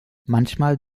manchmal